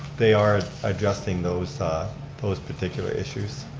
they are addressing those those particular issues.